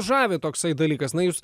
žavi toksai dalykas na jūs